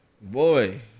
boy